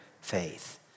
Faith